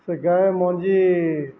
ସେ ଗାଁ ମଞ୍ଜି